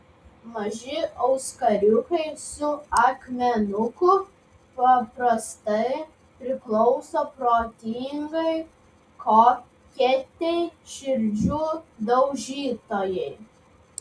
maži auskariukai su akmenuku paprastai priklauso protingai koketei širdžių daužytojai